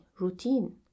routine